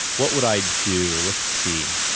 what would i do? let's see.